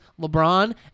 LeBron